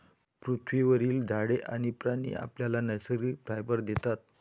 पृथ्वीवरील झाडे आणि प्राणी आपल्याला नैसर्गिक फायबर देतात